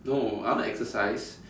no I want to exercise